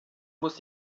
muss